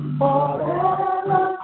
forever